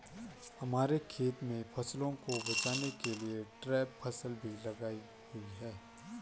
हमारे खेत में फसलों को बचाने के लिए ट्रैप फसल भी लगाई हुई है